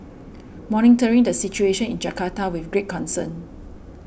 monitoring the situation in Jakarta with great concern